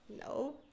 no